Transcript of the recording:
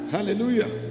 Hallelujah